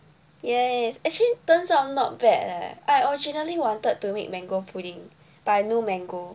yes actually turns out not bad leh I originally wanted to make mango pudding but I no mango